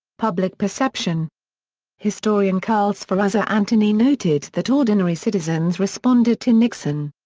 public perception historian carl sferrazza anthony noted that ordinary citizens responded to nixon.